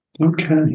Okay